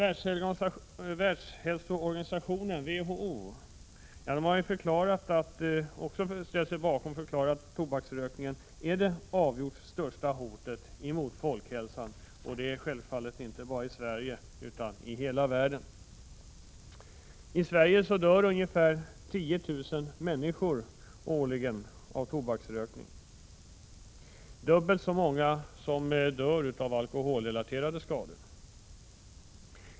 Även Världshälsoorganisationen har förklarat att tobaksrökningen är det avgjort största hotet mot folkhälsan. Självfallet gäller detta inte bara Sverige utan hela världen. I Sverige dör årligen omkring 10 000 människor till följd av tobaksrökning. Det är dubbelt så många som de som dör av alkoholrelaterade skador.